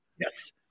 Yes